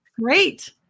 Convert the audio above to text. Great